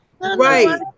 Right